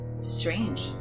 Strange